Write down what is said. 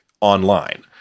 online